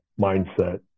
mindset